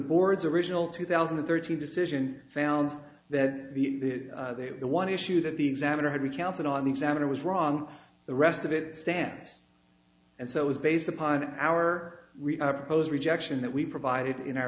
board's original two thousand and thirteen decision found that they were the one issue that the examiner had recounted on the examiner was wrong the rest of it stands and so is based upon our proposed rejection that we provided in our